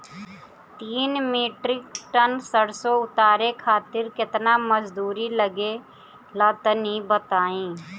तीन metric tonne सरसो उतारे खातिर केतना मजदूरी लगे ला तनि बताई?